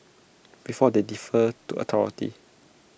because they defer to authority